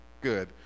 Good